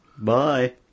Bye